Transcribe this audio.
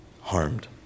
harmed